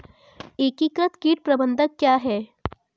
एकीकृत कीट प्रबंधन क्या है?